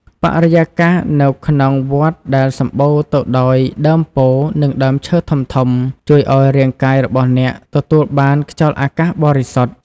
បរិយាកាសនៅក្នុងវត្តដែលសំបូរទៅដោយដើមពោធិ៍ និងដើមឈើធំៗ ជួយឱ្យរាងកាយរបស់អ្នកទទួលបានខ្យល់អាកាសបរិសុទ្ធ។